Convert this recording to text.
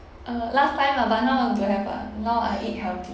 uh last time lah but now don't have ah now I eat healthy